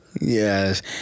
Yes